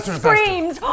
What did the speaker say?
screams